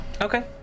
Okay